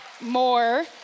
more